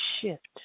shift